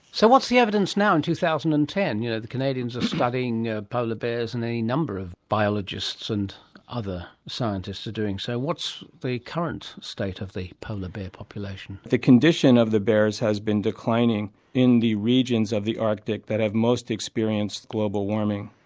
so what's the evidence now in two thousand and ten? you know the canadians are studying polar bears and any number of biologists and other scientists are doing so. so what's the current state of the polar bear population? the condition of the bears has been declining in the regions of the arctic that have most experienced global warming,